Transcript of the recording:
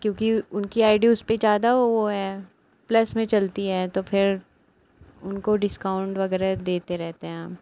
क्योंकि उनकी I D उसपर ज़्यादा वह है प्लस में चलती है तो फिर उनको डिस्काउंट वग़ैरह देते रहते अम